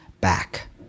back